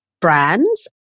brands